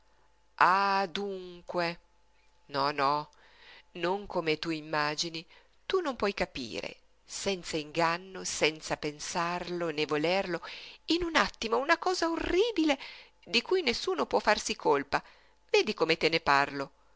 dunque no no non come tu immagini tu non puoi capire senz'inganno senza pensarlo né volerlo in un attimo una cosa orribile di cui nessuno può farsi colpa vedi come te ne parlo